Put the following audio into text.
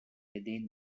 within